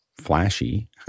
flashy